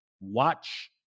watch